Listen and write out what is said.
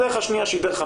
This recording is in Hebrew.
הדרך השנייה שהיא הדרך,